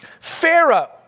Pharaoh